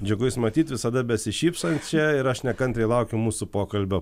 džiugu jus matyt visada besišypsančią ir aš nekantriai laukiu mūsų pokalbio